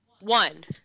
one